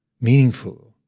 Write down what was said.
meaningful